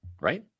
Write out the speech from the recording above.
right